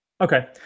Okay